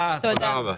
תודה רבה,